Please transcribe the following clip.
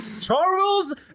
Charles